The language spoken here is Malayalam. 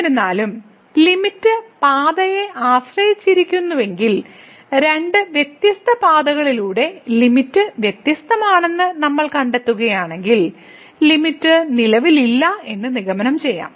എന്നിരുന്നാലും ലിമിറ്റ് പാതയെ ആശ്രയിച്ചിരിക്കുന്നുവെങ്കിൽ രണ്ട് വ്യത്യസ്ത പാതകളിലൂടെ ലിമിറ്റ് വ്യത്യസ്തമാണെന്ന് നമ്മൾ കണ്ടെത്തുകയാണെങ്കിൽ ലിമിറ്റ് നിലവിലില്ലെന്ന് നിഗമനം ചെയ്യാം